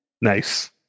Nice